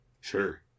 Sure